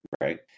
Right